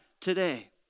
today